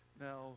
now